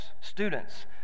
students